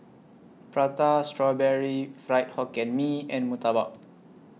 Prata Strawberry Fried Hokkien Mee and Murtabak